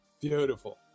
beautiful